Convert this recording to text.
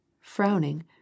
frowning